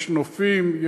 יש נופים,